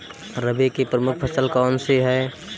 रबी की प्रमुख फसल कौन सी है?